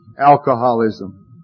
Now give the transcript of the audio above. Alcoholism